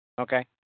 Okay